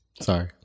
Sorry